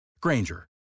Granger